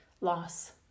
loss